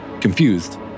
confused